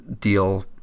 deal